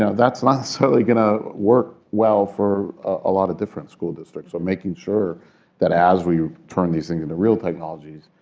yeah that's not necessarily going to work well for a lot of different school districts. so making sure that as we turn these things into real technologies,